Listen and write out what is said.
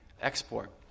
export